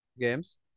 games